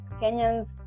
Kenyans